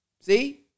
See